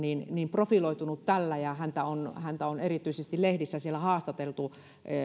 profiloitunut tällä ja häntä on häntä on erityisesti lehdissä siellä haastateltu